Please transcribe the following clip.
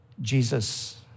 Jesus